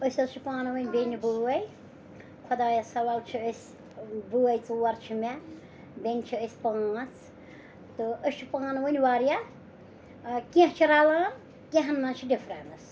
أسۍ حظ چھِ پانہٕ ؤنۍ بیٚنہِ بٲے خۄدایَس حوالہٕ چھِ أسۍ بٲے ژور چھِ مےٚ بیٚنہِ چھِ أسۍ پانٛژھ تہٕ أسۍ چھِ پانہٕ ؤنۍ واریاہ کینٛہہ چھِ رَلان کینٛہہ ہن منٛز چھِ ڈِفرَنٕس